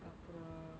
அப்புறம்:appuram